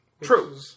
True